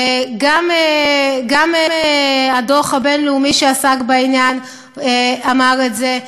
גם הדוח הבין-לאומי שעסק בעניין אמר את זה,